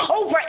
over